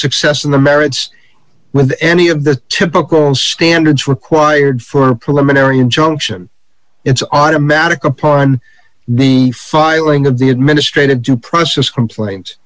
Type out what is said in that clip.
success on the merits with any of the typical standards required for a preliminary injunction it's automatic upon the filing of the administrative due process complaints